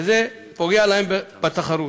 וזה פוגע בתחרות.